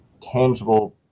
tangible